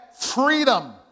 freedom